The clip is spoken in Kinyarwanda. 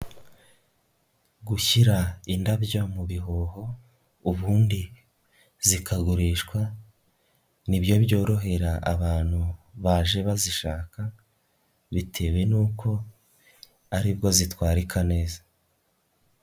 Gushyira indabyo mu bihuho ubundi zikagurishwa nibyo byorohera abantu baje bazishaka bitewe n'uko ari bwo zitwararika neza.